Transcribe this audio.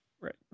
Right